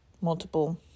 multiple